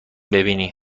ببینی